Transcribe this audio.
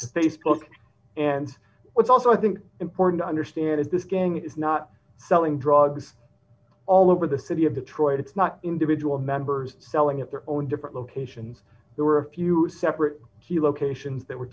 to facebook and what's also i think important to understand is this gang is not selling drugs all over the city of detroit it's not individual members selling at their own different locations there were a few separate key locations that were